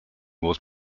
was